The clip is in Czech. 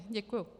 Děkuju.